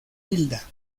hilda